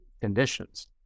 conditions